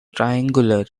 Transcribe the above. triangular